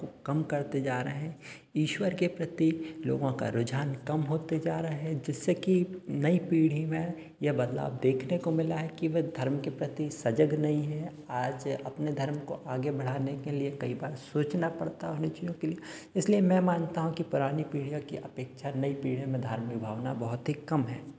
को कम करते जा रहे हैं ईश्वर के प्रति लोगों का रुझान कम होते जा रहा है जिससे कि नई पीढ़ी में यह बदलाव देखने को मिल रहा है कि वे धर्म के प्रति सजग नहीं है आज अपने धर्म को आगे बढ़ाने के लिए कई बार सोचना पड़ता है ऋषियों के लिए इसलिए मैं मानता हूँ कि पुरानी पीढ़ियों की अपेक्षा नई पीढ़ियों में धार्मिक भावना बहुत ही कम है